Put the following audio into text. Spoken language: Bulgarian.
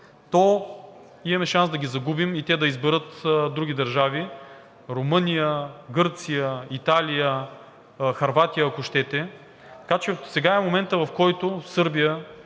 то имаме шанс да ги загубим и те да изберат други държави – Румъния, Гърция, Италия, Хърватия, ако щете. Така че сега е моментът, в който Сърбия,